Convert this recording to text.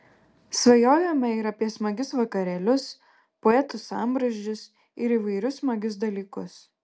svajojome ir apie smagius vakarėlius poetų sambrūzdžius įvairius smagius dalykus